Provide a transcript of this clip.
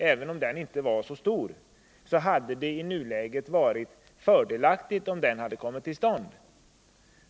Även om den verksamheten inte var så stor hade det i nuläget varit fördelaktigt om den hade kommit till stånd.